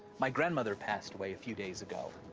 my grandmother passed away a few days ago.